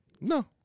No